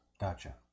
Gotcha